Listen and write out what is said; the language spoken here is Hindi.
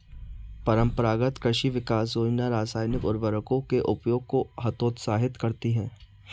परम्परागत कृषि विकास योजना रासायनिक उर्वरकों के उपयोग को हतोत्साहित करती है